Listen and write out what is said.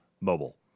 mobile